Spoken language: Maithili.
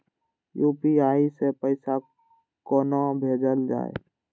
यू.पी.आई सै पैसा कोना भैजल जाय?